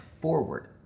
forward